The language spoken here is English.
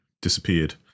disappeared